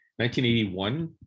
1981